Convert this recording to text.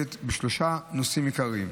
מתמקדת בשלושה נושאים עיקריים: